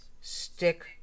stick